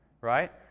right